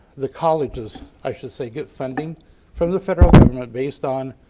the colleges i should say, get funding from the federal government based on